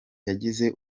yagize